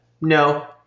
no